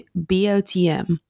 BOTM